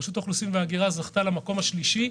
רשות האוכלוסין וההגירה זכתה למקום השלישי.